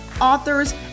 authors